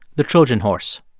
the trojan horse.